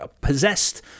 possessed